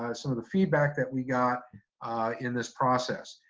ah some of the feedback that we got in this process.